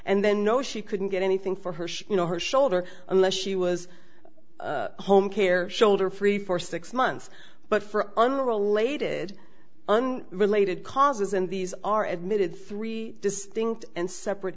and then no she couldn't get anything for her she you know her shoulder unless she was home care shoulder free for six months but for unrelated related causes and these are admitted three distinct and separate